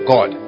God